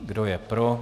Kdo je pro?